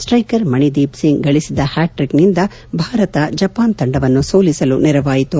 striker Manideep Singh ಗಳಿಸಿದ ಹ್ಯಾಟ್ರಿಕ್ನಿಂದ Bharat Japan ತಂಡವನ್ನು ಸೋಲಿಸಲು ನೆರವಾಯಿತು